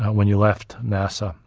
when you left nasa,